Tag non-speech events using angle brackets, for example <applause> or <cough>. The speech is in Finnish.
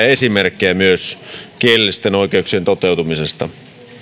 <unintelligible> esimerkkejä kielellisten oikeuksien toteutumisesta